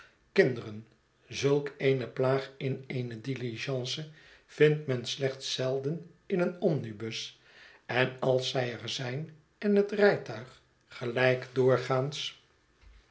kinderen zulk eene plaag in eene diligence vindt men slechts zelden in een omnibus en als zij er zijn en het rijtuig gelijk doorgaans